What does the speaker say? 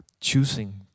choosing